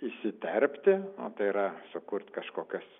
įsiterpti o tai yra sukurt kažkokias